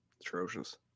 Atrocious